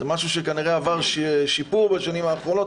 זה משהו שכנראה עבר שיפור בשנים האחרונות,